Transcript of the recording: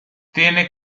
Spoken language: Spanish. tiene